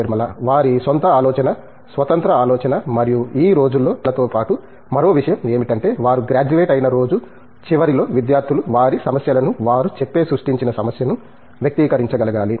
నిర్మలా వారి స్వంత ఆలోచన స్వతంత్ర ఆలోచన మరియు ఈ రోజుల్లో ప్రచురణతో పాటు మరో విషయం ఏమిటంటే వారు గ్రాడ్యుయేట్ అయిన రోజు చివరిలో విద్యార్థులు వారి సమస్యలను వారు చెప్పే సృష్టించిన సమస్య ను వ్యక్తీకరించగలగాలి